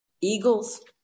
Eagles